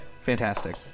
fantastic